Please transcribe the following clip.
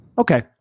Okay